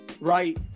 Right